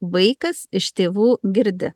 vaikas iš tėvų girdi